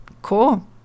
Cool